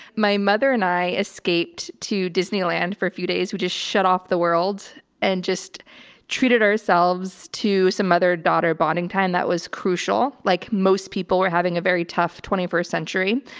my mother and i escaped to disneyland for a few days, we just shut off the world and just treated ourselves to some mother daughter bonding time. that was crucial. crucial. like most people we're having a very tough twenty first century.